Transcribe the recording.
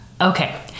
Okay